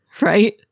right